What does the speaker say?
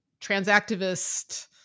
trans-activist